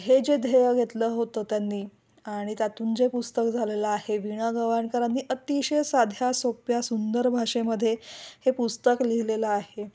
हे जे ध्येय घेतलं होतं त्यांनी आणि त्यातून जे पुस्तक झालेलं आहे वीणा गवाणकरांनी अतिशय साध्या सोप्या सुंदर भाषेमध्ये हे पुस्तक लिहिलेलं आहे